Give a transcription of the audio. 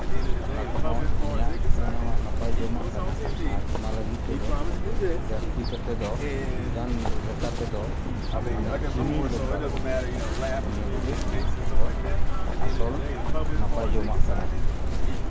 ᱚᱱᱟ ᱠᱚᱦᱚᱸ ᱤᱧᱟᱹᱜ ᱵᱮᱱᱟᱣᱟᱜ ᱱᱟᱯᱟᱭ ᱡᱚᱢᱟᱜ ᱠᱟᱱᱟ ᱟᱨ ᱚᱱᱟ ᱞᱟᱹᱜᱤᱫ ᱛᱮᱫᱚ ᱡᱟᱹᱥᱛᱤ ᱠᱟᱛᱮᱫ ᱫᱚ ᱩᱯᱫᱟᱱ ᱞᱮᱠᱟ ᱛᱮᱫᱚ ᱢᱟᱱᱮ ᱪᱤᱱᱤ ᱫᱚᱨᱠᱟᱨᱚᱜᱼᱟ ᱱᱮᱜᱼᱮ ᱱᱤᱭᱟᱹ ᱠᱚᱜᱮ ᱤᱧᱟᱹᱜ ᱫᱚ ᱟᱥᱚᱞ ᱱᱟᱯᱟᱭ ᱡᱚᱢᱟᱜ ᱠᱟᱱᱟ